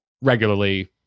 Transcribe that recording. regularly